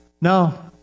No